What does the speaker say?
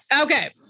Okay